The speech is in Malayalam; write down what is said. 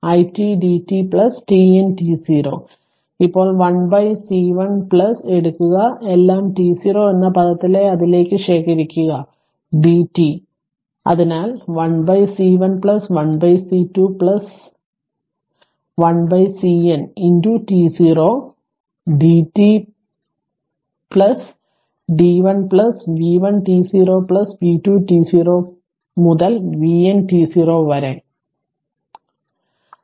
ഇപ്പോൾ 1 C1 എടുക്കുക എല്ലാം t0 എന്ന പദത്തെ അതിലേക്ക് ശേഖരിക്കുക dt അതിനാൽ 1 C1 1 C2 1 CN t0 മുതൽ d t d1 v1 t0 v2 t0 മുതൽ vn t0 വരെ